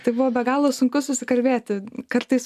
tai buvo be galo sunku susikalbėti kartais